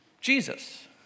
Jesus